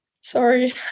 Sorry